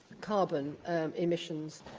carbon emissions